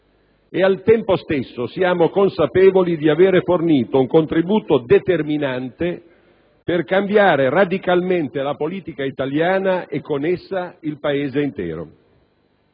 e al tempo stesso siamo consapevoli di aver fornito un contributo determinante per cambiare radicalmente la politica italiana e con essa il Paese intero.